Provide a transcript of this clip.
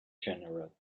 general